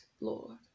Lord